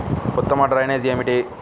ఉత్తమ డ్రైనేజ్ ఏమిటి?